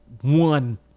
one